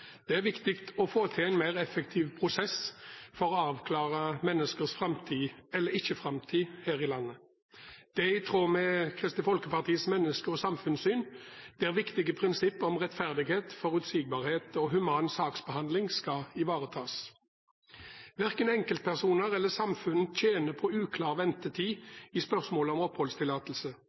Det er viktig å få til en mer effektiv prosess for å avklare menneskers framtid – eller ikke framtid – her i landet. Det er i tråd med Kristelig Folkepartis menneske- og samfunnssyn, der viktige prinsipp om rettferdighet, forutsigbarhet og human saksbehandling skal ivaretas. Verken enkeltpersoner eller samfunn tjener på uklar ventetid i spørsmålet om oppholdstillatelse.